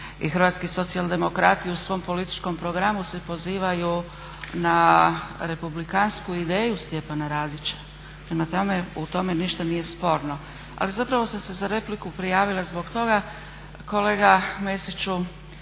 Hrvatski socijaldemokrati u svom političkom programu se pozivaju na republikansku ideju Stjepana Radića. Prema tome, u tome ništa nije sporno. Ali zapravo sam se za repliku prijavila zbog toga kolega Mesiću